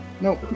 Nope